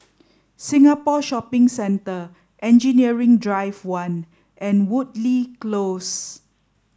Singapore Shopping Centre Engineering Drive One and Woodleigh Close